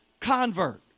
convert